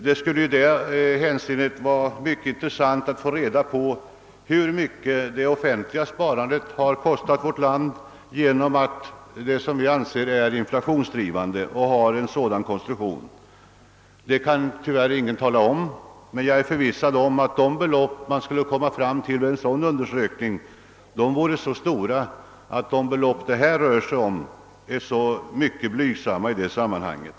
Det skulle i detta hänseende vara mycket intressant att få reda på hur mycket det offentliga sparandet har kostat vårt land genom att det har en sådan inflationsdrivande konstruktion. Det kan tyvärr ingen tala om, men jag är förvissad om att de belopp som man skulle komma fram till vid en sådan undersökning skulle vara så stora, att de siffror det här rör sig om skulle te sig mycket blygsamma i det sammanhanget.